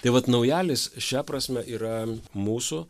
tai vat naujalis šia prasme yra mūsų